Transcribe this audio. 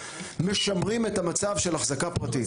משמרים את המצב של החזקה פרטית,